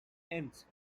ends